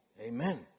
Amen